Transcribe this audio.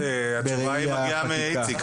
אז התשובה היא מגיעה מאיציק,